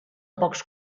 pocs